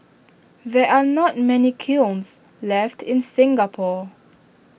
there are not many kilns left in Singapore